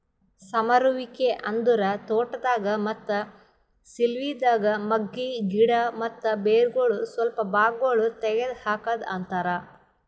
ಸಮರುವಿಕೆ ಅಂದುರ್ ತೋಟದಾಗ್, ಮತ್ತ ಸಿಲ್ವಿದಾಗ್ ಮಗ್ಗಿ, ಗಿಡ ಮತ್ತ ಬೇರಗೊಳ್ ಸ್ವಲ್ಪ ಭಾಗಗೊಳ್ ತೆಗದ್ ಹಾಕದ್ ಅಂತರ್